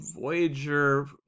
Voyager